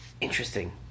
Interesting